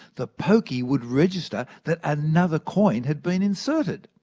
the pokie would register that another coin had been inserted.